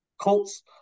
Colts